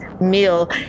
meal